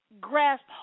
grasp